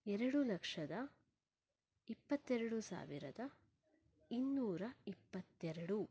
ಎರಡು ಲಕ್ಷದ ಇಪ್ಪತ್ತೆರಡು ಸಾವಿರದ ಇನ್ನೂರ ಇಪ್ಪತ್ತೆರಡು